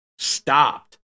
stopped